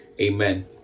Amen